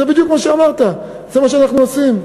זה בדיוק מה שאמרת, זה מה שאנחנו עושים.